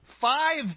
five